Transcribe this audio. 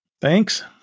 thanks